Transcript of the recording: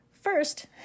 First